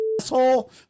asshole